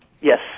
yes